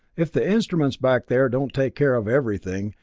if the instruments back there don't take care of everything,